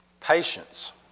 Patience